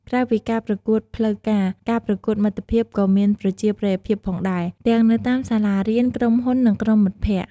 ក្រៅពីការប្រកួតផ្លូវការ ការប្រកួតមិត្តភាពក៏មានប្រជាប្រិយភាពផងដែរ ទាំងនៅតាមសាលារៀន ក្រុមហ៊ុន និងក្រុមមិត្តភក្តិ។